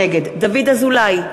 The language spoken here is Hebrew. נגד דוד אזולאי,